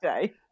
today